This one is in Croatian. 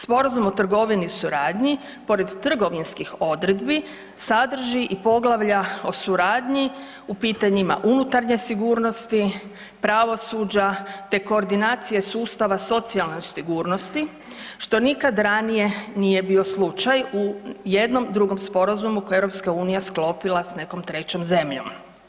Sporazum o trgovini i suradnji, pored trgovinskih odredbi, sadrži i poglavlja o suradnji u pitanjima unutarnje sigurnosti, pravosuđa te koordinacije sustava socijalne sigurnosti, što nikad ranije nije bio slučaj u jednom drugom sporazumu koju je EU sklopila s nekom 3. zemljom.